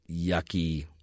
yucky